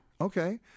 Okay